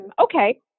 okay